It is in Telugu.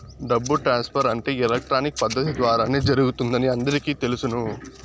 డబ్బు ట్రాన్స్ఫర్ అంటే ఎలక్ట్రానిక్ పద్దతి ద్వారానే జరుగుతుందని అందరికీ తెలుసును